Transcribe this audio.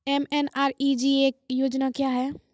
MNREGA योजना क्या हैं?